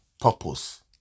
purpose